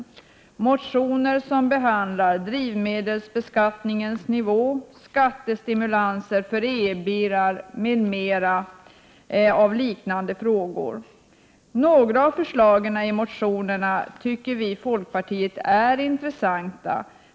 Det är motioner som behandlar drivmedelsbeskattningens nivå, skattestimulanser för elbilar och liknande frågor. Några av förslagen i motionerna tycker vi i folkpartiet är intressanta.